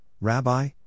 Rabbi